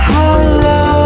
Hello